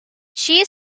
she